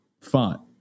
font